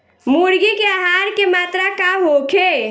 मुर्गी के आहार के मात्रा का होखे?